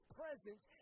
presence